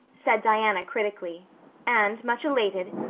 said diana critically and, much elated,